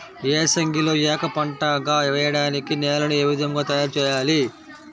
ఏసంగిలో ఏక పంటగ వెయడానికి నేలను ఏ విధముగా తయారుచేయాలి?